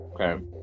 Okay